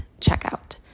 checkout